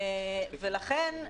ולכן,